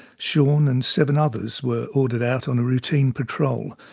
shaun and seven others were ordered out on a routine patrol.